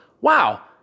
wow